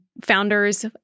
founders